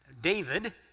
David